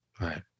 Right